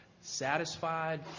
satisfied